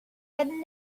had